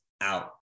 out